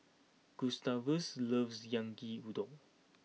Gustavus loves Yaki Udon